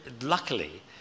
luckily